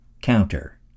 counter